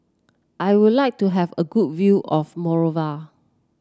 I would like to have a good view of Monrovia